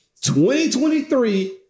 2023